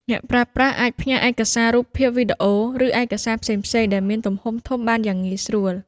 អ្នកប្រើប្រាស់អាចផ្ញើឯកសាររូបភាព វីដេអូ ឬឯកសារផ្សេងៗដែលមានទំហំធំបានយ៉ាងងាយស្រួល។